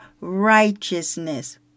righteousness